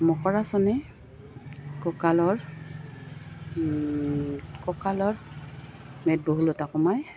মকৰাসনে কঁকালৰ কঁকালৰ মেদবহুলতা কমায়